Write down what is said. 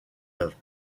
œuvres